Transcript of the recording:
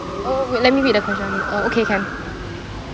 oh wait let me read the question uh okay can